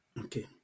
Okay